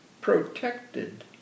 protected